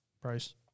Price